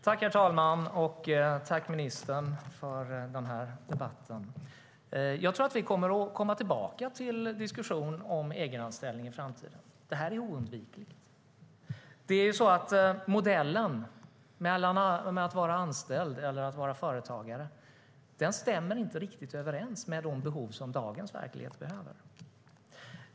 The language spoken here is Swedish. Herr talman! Tack, ministern, för den här debatten! Jag tror att vi kommer att återkomma till diskussion om egenanställning i framtiden. Det är oundvikligt. Modellen med att man antingen är anställd eller företagare stämmer inte riktigt överens med de behov som finns i dagens verklighet.